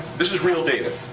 this is real data,